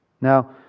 Now